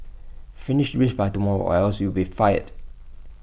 finish this by tomorrow or else you'll be fired